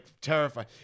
terrified